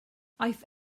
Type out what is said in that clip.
aeth